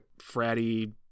fratty